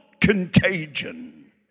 contagion